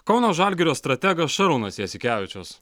kauno žalgirio strategas šarūnas jasikevičius